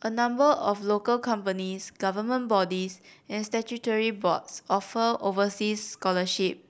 a number of local companies government bodies and statutory boards offer overseas scholarship